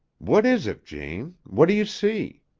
what is it, jane? what do you see?